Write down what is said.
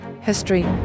history